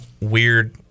weird